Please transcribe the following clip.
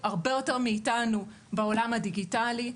הרבה יותר מאיתנו בעולם הדיגיטלי.